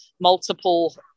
multiple